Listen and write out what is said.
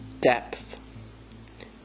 depth